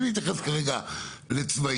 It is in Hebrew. בלי להתייחס כרגע לצבעים,